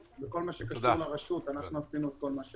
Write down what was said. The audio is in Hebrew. בכל מה שקשור לרשות אנחנו עשינו את כל מה שאפשר.